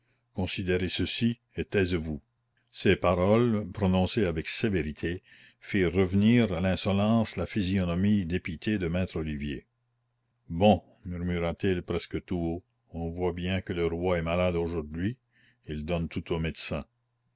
considérez ceci et taisez-vous ces paroles prononcées avec sévérité firent revenir à l'insolence la physionomie dépitée de maître olivier bon murmura-t-il presque tout haut on voit bien que le roi est malade aujourd'hui il donne tout au médecin